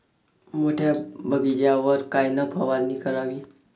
मोठ्या बगीचावर कायन फवारनी करावी?